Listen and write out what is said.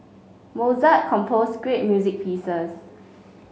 Mozart composed great music pieces